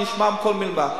אני אשמע כל מלה,